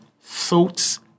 thoughts